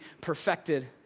perfected